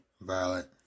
violent